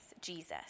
Jesus